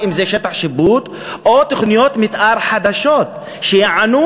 אם זה שטח שיפוט או תוכניות מתאר חדשות שיענו